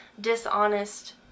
dishonest